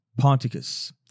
Ponticus